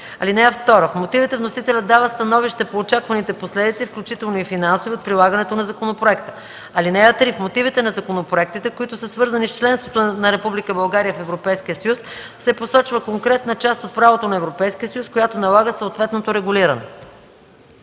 (2) В мотивите вносителят дава становище по очакваните последици, включително и финансови, от прилагането на законопроекта. (3) В мотивите на законопроектите, които са свързани с членството на Република България в Европейския съюз, се посочва конкретна част от правото на Европейския съюз, която налага съответното регулиране.”